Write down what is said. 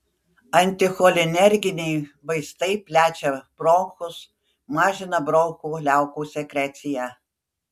anticholinerginiai vaistai plečia bronchus mažina bronchų liaukų sekreciją